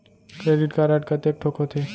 Credit card कतेक ठोक होथे?